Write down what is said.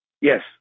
Yes